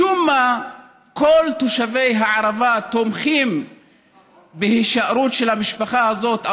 משום מה כל תושבי הערבה תומכים בהישארות של המשפחה הזאת,